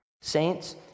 Saints